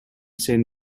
san